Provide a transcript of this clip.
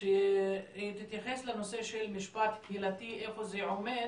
שהיא תתייחס לנושא של משפט קהילתי, איפה זה עובד